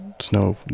snow